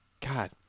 God